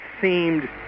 seemed